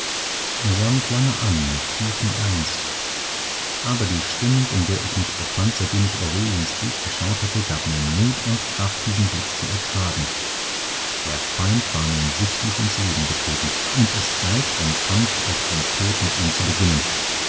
er sah mich lange an mit tiefem ernst aber die stimmung in der ich mich befand seitdem ich aureliens bild geschaut hatte gab mir mut und kraft diesen blick zu ertragen der feind war nun sichtlich ins leben getreten und es galt den kampf auf den tod mit ihm zu beginnen